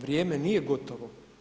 Vrijeme nije gotovo.